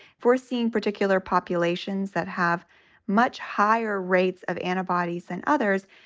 foreseeing particular populations that have much higher rates of antibodies than others.